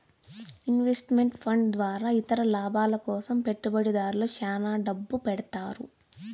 invest meant fund ద్వారా ఇతర లాభాల కోసం పెట్టుబడిదారులు శ్యాన డబ్బు పెడతారు